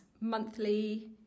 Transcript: monthly